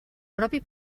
propi